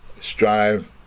strive